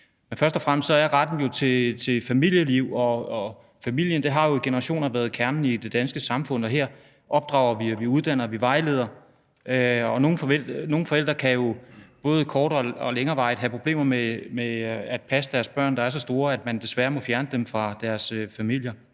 dem. Først og fremmest har retten til familieliv og familien jo i generationer været kernen i det danske samfund; her opdrager vi, uddanner vi og vejleder vi. Og nogle forældre kan jo både kortere- og længerevarende have så store problemer med at passe deres børn, at man desværre må fjerne børnene fra deres familier.